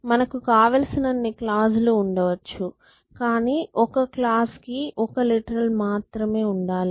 మనకు కావలసినన్ని క్లాజ్ లు ఉండవచ్చు కాని ఒక క్లాజ్ కి ఒక లిటరల్ మాత్రమే ఉండాలి